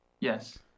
yes